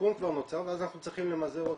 הסיכון נוצר ואז אנחנו צריכים למזער אותו.